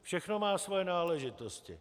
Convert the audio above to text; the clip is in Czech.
Všechno má svoje náležitosti.